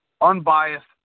unbiased